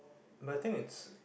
but I think it's